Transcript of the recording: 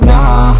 Nah